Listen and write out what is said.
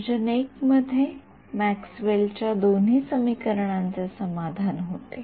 region I मध्ये मॅक्सवेलच्या दोन्ही समीकरणांचे समाधान होते